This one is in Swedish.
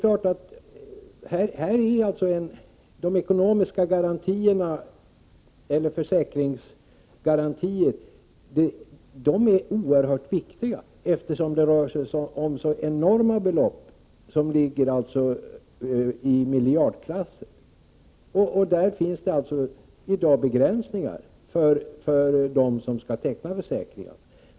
Försäkringsgarantierna är oerhört viktiga i detta sammanhang, eftersom det rör sig om så enormt stora belopp. Det handlar ju om belopp i miljardklassen. Här finns det i dag begränsningar för dem som skall teckna försäkringar.